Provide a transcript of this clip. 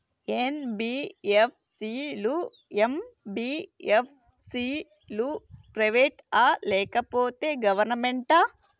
NBFC లు, MBFC లు private ఆ లేకపోతే గవర్నమెంటా?